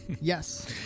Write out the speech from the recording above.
Yes